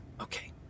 Okay